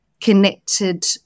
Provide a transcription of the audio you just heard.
connected